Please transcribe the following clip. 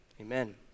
Amen